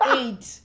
eight